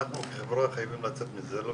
אנחנו כחברה חייבים לצאת מזה.